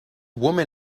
woman